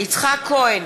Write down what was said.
יצחק כהן,